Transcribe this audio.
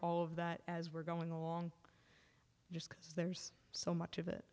all of that as we're going along just because there's so much of it